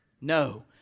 no